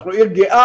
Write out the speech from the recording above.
אנחנו עיר גאה,